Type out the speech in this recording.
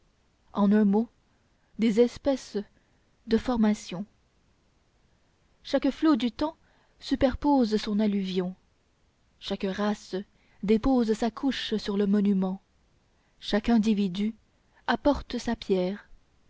en un mot des espèces de formations chaque flot du temps superpose son alluvion chaque race dépose sa couche sur le monument chaque individu apporte sa pierre